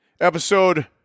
episode